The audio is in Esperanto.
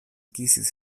kisis